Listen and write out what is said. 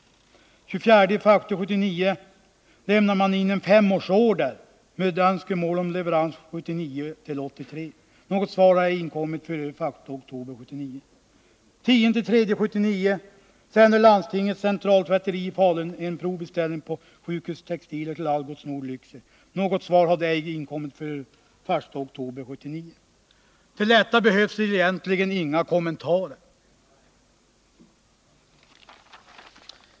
Den 24 januari 1979 lämnar man in en Till detta behövs väl egentligen inga kommentarer.